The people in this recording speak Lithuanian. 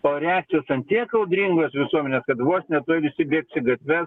o reakcijos ant tiek audringos visuomenės kad vos ne tuoj visi bėgs į gatves